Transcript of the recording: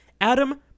Adam